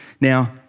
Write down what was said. Now